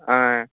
ఆ